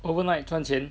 overnight 赚钱